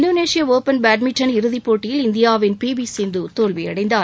இந்தோனேஷிய open badminton இறுதிப்போட்டியில் இந்தியாவின் P V Sindhu தோல்வியடைந்தார்